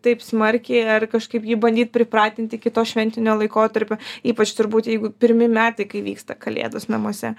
taip smarkiai ar kažkaip jį bandyt pripratint iki to šventinio laikotarpio ypač turbūt jeigu pirmi metai kai vyksta kalėdos namuose